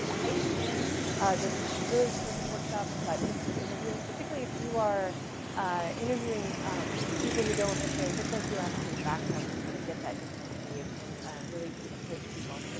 heidi shin does this really terrific workshop about intimate interviewing. particularly if you are interviewing um people who don't necessarily look like you or have the same background, like how to get that intimacy and and really approach people.